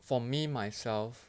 for me myself